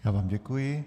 Já vám děkuji.